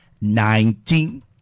Nineteen